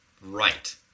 Right